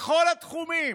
בכל התחומים.